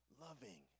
loving